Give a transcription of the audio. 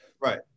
Right